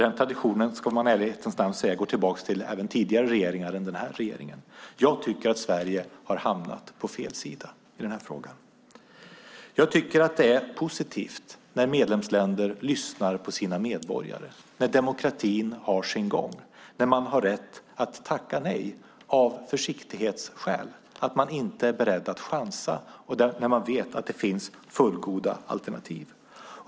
Den traditionen, ska man i ärlighetens namn säga, går även tillbaka till tidigare regeringar än den här regeringen. Jag tycker att Sverige har hamnat på fel sida i den här frågan. Jag tycker att det är positivt när medlemsländer lyssnar på sina medborgare, när demokratin har sin gång, när man har rätt att tacka nej av försiktighetsskäl och att man inte är beredd att chansa när man vet att det finns fullgoda alternativ.